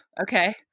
Okay